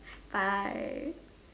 bye